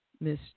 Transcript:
Miss